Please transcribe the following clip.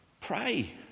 pray